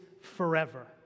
forever